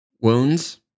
Wounds